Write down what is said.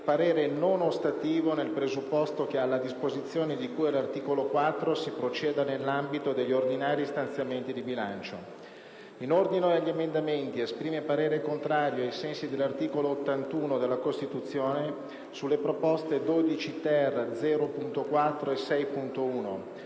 parere non ostativo nel presupposto che alla disposizione di cui all'articolo 4 si proceda nell'ambito degli ordinari stanziamenti di bilancio. In ordine agli emendamenti, esprime parere contrario ai sensi dell'articolo 81 della Costituzione, sulle proposte 12-*ter*.0.4 e 6.1.